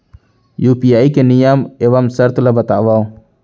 UPI के नियम एवं शर्त ला बतावव